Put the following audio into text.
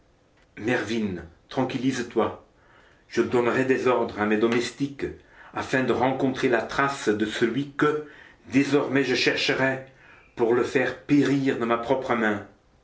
mervyn tranquillise-toi je donnerai des ordres à mes domestiques afin de rencontrer la trace de celui que désormais je chercherai pour le faire périr de ma propre main